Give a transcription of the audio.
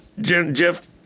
Jeff